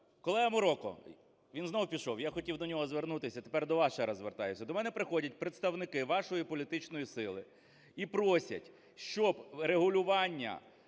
Колего Мороко! Він знову пішов, я хотів до нього звернутися, а тепер до вас ще раз звертаюся. До мене приходять представники вашої політичної сили і просять, щоб регулювання